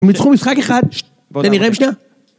‫הם ניצחו משחק אחד, ‫תן לי ראם שנייה